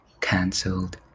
Cancelled